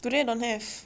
today don't have